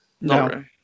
No